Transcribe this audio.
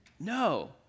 No